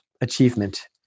achievement